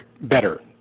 better